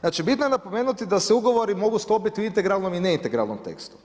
Znači bitno je napomenuti da se ugovori mogu sklopiti u integralnom i neintegralnom tekstu.